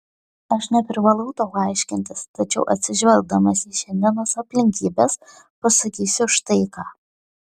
aš neprivalau tau aiškintis tačiau atsižvelgdamas į šiandienos aplinkybes pasakysiu štai ką